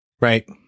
Right